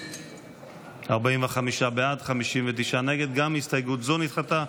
45 בעד, 59 נגד, הסתייגות 30 נדחתה.